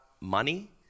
money